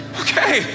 okay